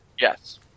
Yes